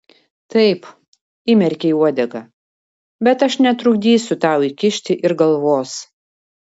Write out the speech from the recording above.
taip įmerkei uodegą bet aš netrukdysiu tau įkišti ir galvos